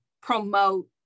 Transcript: promote